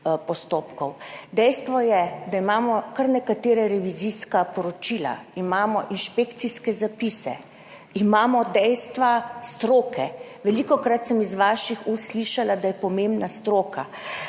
postopkov. Dejstvo je, da imamo kar nekaj revizijskih poročil, imamo inšpekcijske zapise, imamo dejstva stroke. Velikokrat sem iz vaših ust slišala, da je pomembna stroka.